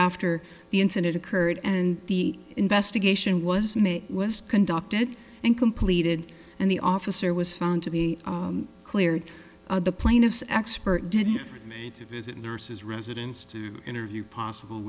after the incident occurred and the investigation was mae west conducted and completed and the officer was found to be cleared the plaintiff's expert didn't need to visit nurses residence to interview possible